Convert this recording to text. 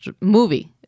movie